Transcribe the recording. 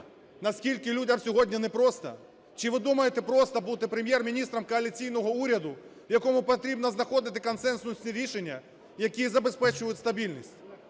Наскільки людям сьогодні непросто? Чи ви думаєте, просто бути Прем’єр-міністром коаліційного уряду, якому потрібно знаходити консенсусні рішення, які забезпечують стабільність?